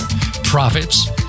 Profits